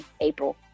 April